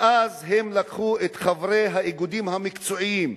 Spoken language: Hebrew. ואז הם לקחו את חברי האיגודים המקצועיים,